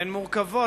הן מורכבות,